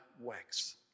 wax